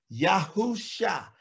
Yahusha